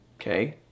Okay